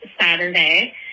Saturday